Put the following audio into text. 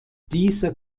dieser